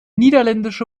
niederländische